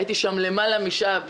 הייתי שם למעלה משעה,